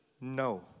no